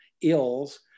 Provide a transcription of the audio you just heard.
ills